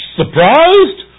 surprised